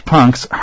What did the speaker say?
Punk's